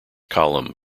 column